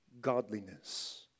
godliness